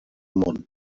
món